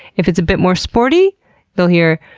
if it's a bit more sporty they'll hear,